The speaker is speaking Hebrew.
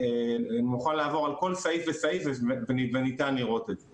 אני מוכן לעבור על כל סעיף וסעיף וניתן לראות את זה.